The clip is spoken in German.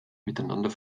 miteinander